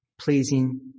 pleasing